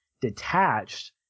detached